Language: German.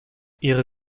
ihre